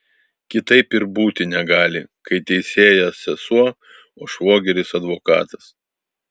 kitaip ir būti negali kai teisėja sesuo o švogeris advokatas